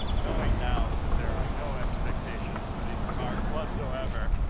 knowing now that there are no expectations for these remarks whatsoever